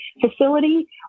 facility